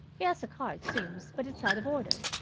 he has a car, it seems, but it's out of order.